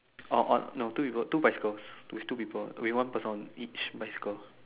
oh on no two people two bicycle with two people with one person on each bicycle